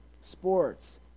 Sports